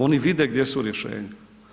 Oni vide gdje su rješenja.